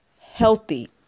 healthy